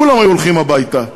כולם היו הולכים הביתה,